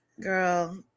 Girl